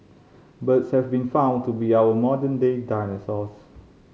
birds have been found to be our modern day dinosaurs